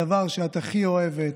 הדבר שאת הכי אוהבת,